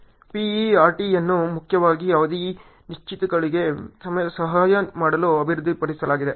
PERTಯನ್ನು ಮುಖ್ಯವಾಗಿ ಅವಧಿಯ ಅನಿಶ್ಚಿತತೆಗಳಿಗೆ ಸಹಾಯ ಮಾಡಲು ಅಭಿವೃದ್ಧಿಪಡಿಸಲಾಗಿದೆ